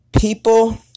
people